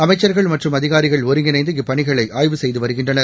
அமைச்சர்கள் மற்றும் அதிகாரிகள் ஒருங்கிணைந்து இப்பணிகளை ஆய்வு செய்து வருகின்றனர்